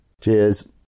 Cheers